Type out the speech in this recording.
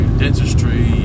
dentistry